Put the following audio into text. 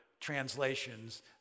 translations